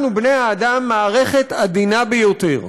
אנחנו, בני האדם, מערכת עדינה ביותר.